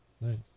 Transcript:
Nice